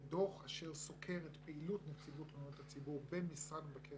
דוח אשר סוקר את פעילות נציבות תלונות הציבור במשרד מבקר